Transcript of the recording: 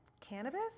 cannabis